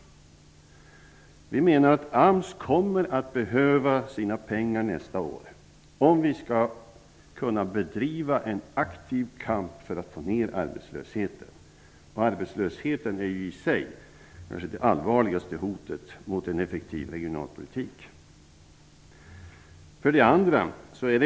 Vi menar att AMS kommer att behöva sina pengar nästa år, om vi skall kunna bedriva en aktiv kamp för att få ned arbetslösheten. Den är i sig det kanske allvarligaste hotet mot en effektiv regionalpolitik.